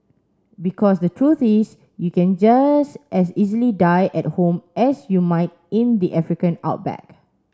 because the truth is you can just as easily die at home as you might in the African outback